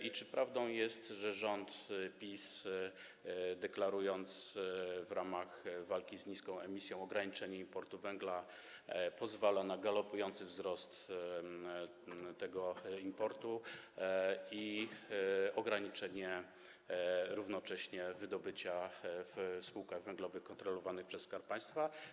I czy prawdą jest, że rząd PiS, deklarując w ramach walki z niską emisją ograniczenie importu węgla, pozwala na galopujący wzrost tego importu i równocześnie ograniczenie wydobycia w spółkach węglowych kontrolowanych przez Skarb Państwa?